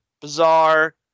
Bizarre